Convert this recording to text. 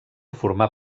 formà